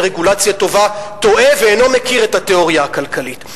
רגולציה טובה טועה ואינו מכיר את התיאוריה הכלכלית.